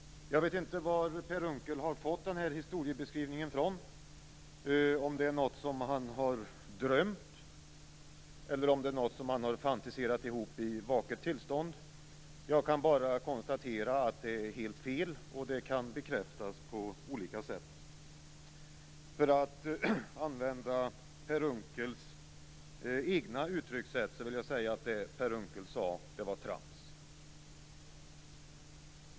Jag vet inte var Per Unckel har fått den här historieskrivningen från, om det är något som han har drömt eller om det är något som han har fantiserat ihop i vaket tillstånd. Jag kan bara konstatera att det är helt fel, och det kan bekräftas på olika sätt. För att använda Per Unckels eget uttryckssätt vill jag säga att det Per Unckel sade var trams.